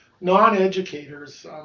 non-educators